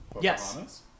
Yes